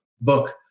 book